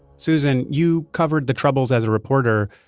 susan, you covered the troubles as a reporter.